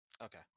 Okay